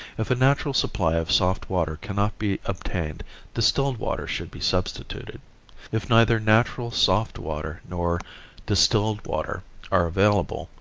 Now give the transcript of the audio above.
if a natural supply of soft water cannot be obtained distilled water should be substituted if neither natural soft water nor distilled water are available,